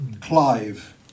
Clive